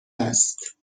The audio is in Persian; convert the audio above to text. است